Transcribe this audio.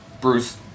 Bruce